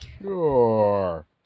Sure